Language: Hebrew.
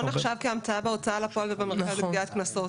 לא נחשב כהמצאה בהוצאה לפועל ובמרכז לגביית קנסות.